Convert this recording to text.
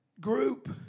group